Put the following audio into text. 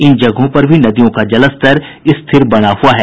इन जगहों पर भी नदियों का जलस्तर स्थिर बना हुआ है